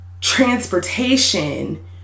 transportation